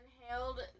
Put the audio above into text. inhaled